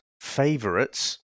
favorites